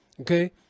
Okay